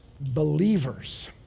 believers